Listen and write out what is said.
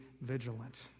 vigilant